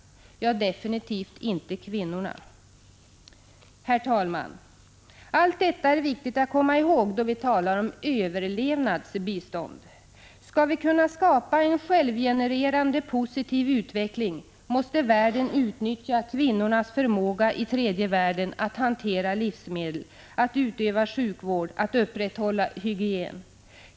Ja, definitivt inte kvinnorna. Herr talman! Allt detta är viktigt att komma ihåg, då vi talar om överlevnadsbistånd. Skall vi kunna skapa en självgenererande positiv utveckling, måste världen utnyttja kvinnornas förmåga i tredje världen att hantera livsmedel, att utöva sjukvård och att upprätthålla hygien.